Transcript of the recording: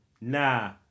nah